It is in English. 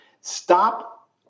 Stop